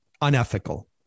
unethical